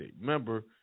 Remember